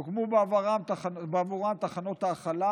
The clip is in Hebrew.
הוקמו בעבורם תחנות האכלה,